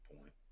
point